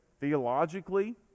theologically